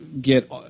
get